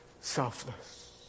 selfless